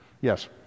Yes